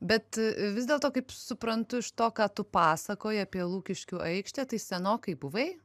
bet vis dėlto kaip suprantu iš to ką tu pasakoji apie lukiškių aikštę tai senokai buvai